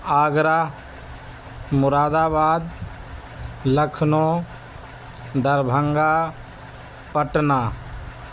Agra Moradabad Lucknow Darbhanga Patna